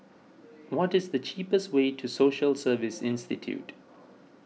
what is the cheapest way to Social Service Institute